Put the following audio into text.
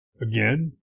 Again